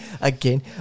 again